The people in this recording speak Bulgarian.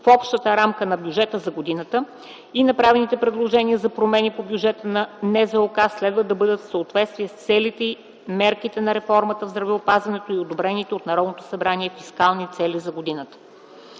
в обща рамка на бюджета за годината и направените предложения за промени по бюджета на НЗОК следва да бъдат в съответствие с целите и мерките на реформата в здравеопазването и одобрените от Народното събрание фискални цели за годината.